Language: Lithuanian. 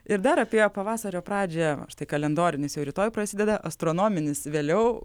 ir dar apie pavasario pradžią o štai kalendorinis jau rytoj prasideda astronominis vėliau